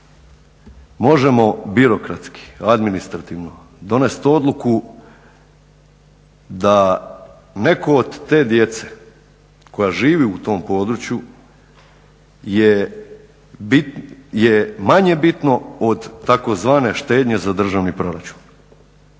možemo birokratski, administrativno donest odluku da netko od te djece koja žive u tom području je manje bitno od tzv. štednje za državni proračun.